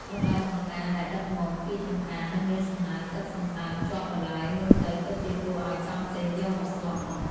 បន្លែបង្ការដែលដឹកមកពីចំការនៅមានសំណើមទឹកសន្សើមជាប់នៅឡើយមើលទៅពិតជាគួរឱ្យចង់ទិញយកមកស្ល។